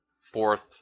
fourth